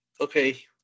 Okay